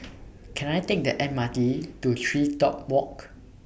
Can I Take The M R T to TreeTop Walk